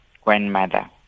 Grandmother